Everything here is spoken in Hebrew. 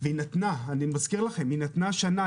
היא נתנה שנה אני מזכיר לכם, היא נתנה שנה.